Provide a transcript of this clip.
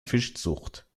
fischzucht